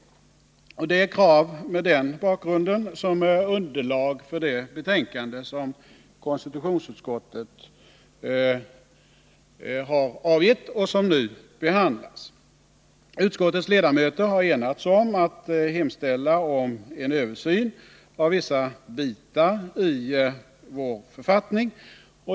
Det är krav med den bakgrunden som är underlag för det betänkande från konstitutionsutskottet som nu behandlas. Utskottets ledamöter har enats om att hemställa om en översyn av vissa bitar i vår författning.